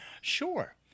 Sure